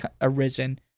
arisen